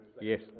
Yes